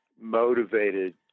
motivated